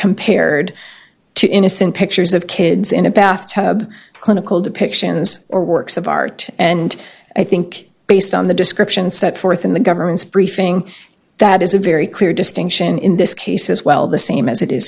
compared to innocent pictures of kids in a bath tub clinical depictions or works of art and i think based on the descriptions set forth in the government's briefing that is a very clear distinction in this case as well the same as it is